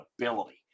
ability